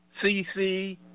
CC